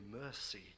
mercy